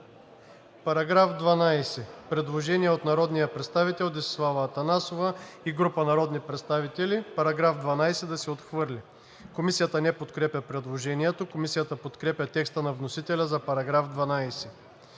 Параграф 9 – предложение от народния представител Десислава Атанасова и група народни представители – параграф 9 да се отхвърли. Комисията не подкрепя предложението. Комисията подкрепя текста на вносителя за § 9.